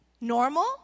normal